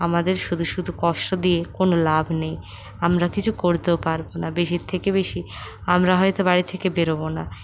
আমাদের শুধু শুধু কষ্ট দিয়ে কোনও লাভ নেই আমরা কিছু করতেও পারব না বেশির থেকে বেশি আমরা হয়ত বাড়ির থেকে বেরোবো না